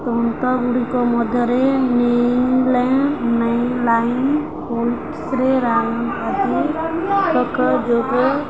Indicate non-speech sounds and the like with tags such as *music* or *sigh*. ତନ୍ତ ଗୁଡ଼ିକ ମଧ୍ୟରେ *unintelligible* ଲାଇନ୍ ହୋସରେ ଆଦି ଲୋକ ଯୋଗେ